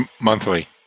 monthly